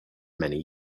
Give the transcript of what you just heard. many